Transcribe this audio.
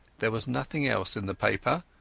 there was nothing else in the paper,